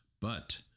but